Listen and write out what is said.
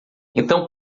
então